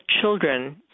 children